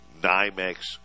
NYMEX